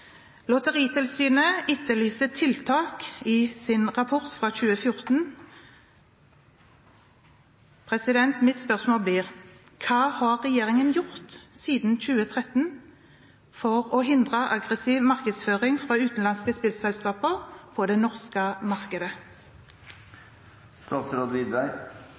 Lotteritilsynet etterlyste tiltak i sin rapport fra 2014. Mitt spørsmål blir: Hva har regjeringen gjort siden 2013 for å hindre aggressiv markedsføring fra utenlandske spillselskaper på det norske markedet?